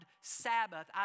Sabbath